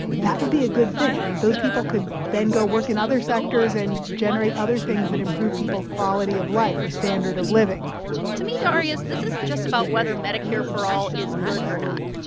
that would be a good thing. those people could then go work in other sectors and generate other things that improve people's quality of life or standard of living to me, darius, this isn't just about whether medicare for all is good or not.